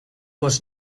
was